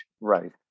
Right